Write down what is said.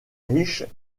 riches